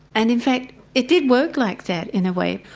and in fact it did work like that in a way,